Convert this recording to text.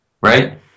Right